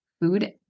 food